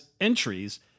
entries